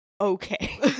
Okay